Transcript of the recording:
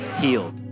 Healed